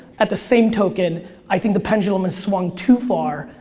at the same token i think the pendulum has swung too far.